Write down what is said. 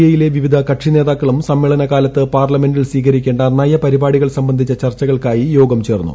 എയിലെ വിവിധ കക്ഷി നേതാക്കളും സമ്മേളനകാലത്ത് പാർലമെന്റിൽ സ്വീകരിക്ക്കേണ്ട നൃയ്പരിപാടികൾ സംബന്ധിച്ച ചർച്ചകൾക്കായി യോഗം ചേർന്നു